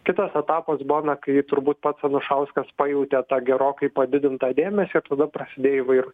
kitas etapas buvo na kai turbūt pats anušauskas pajautė tą gerokai padidintą dėmesį ir tada prasidėjo įvairūs